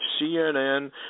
CNN